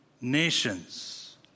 nations